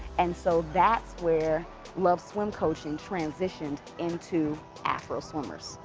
and so that's where love swim coaching transitioned into afroswimmers.